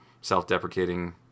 self-deprecating